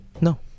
No